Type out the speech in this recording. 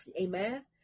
amen